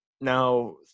Now